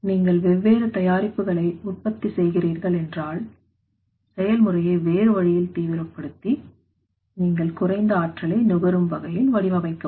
நீங்கள் வெவ்வேறு தயாரிப்புகளை உற்பத்தி செய்கிறீர்கள் என்றால் செயல்முறையை வேறு வழியில் தீவிரப்படுத்தி நீங்கள் குறைந்த ஆற்றலை நுகரும் வகையில் வடிவமைக்கவும்